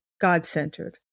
God-centered